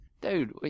dude